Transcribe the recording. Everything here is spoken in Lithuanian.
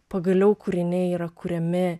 pagaliau kūriniai yra kuriami